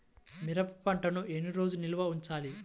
మిరప పంటను ఎన్ని రోజులు నిల్వ ఉంచాలి?